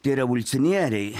tie revoliucionieriai